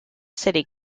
city